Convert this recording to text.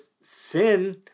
sin